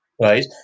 right